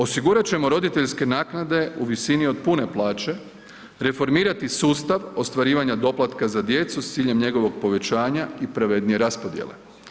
Osigurat ćemo roditeljske naknade u visini od pune plaće, reformirati sustav ostvarivanja doplatka za djecu s ciljem njegovog povećanja i pravednije raspodjele.